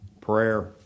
Prayer